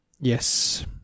Yes